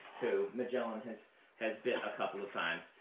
who magellan has has bit a couple of times.